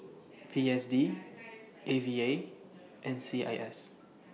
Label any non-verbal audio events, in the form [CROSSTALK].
P S D [NOISE] A V A and C I S